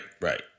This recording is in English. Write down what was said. Right